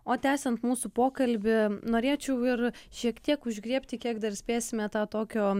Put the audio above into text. o tęsiant mūsų pokalbį norėčiau ir šiek tiek užgriebti kiek dar spėsime tą tokio